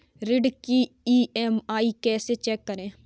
ऋण की ई.एम.आई कैसे चेक करें?